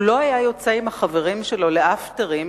הוא נהג שלא להצטרף לחברים שלו ל"אפטרים"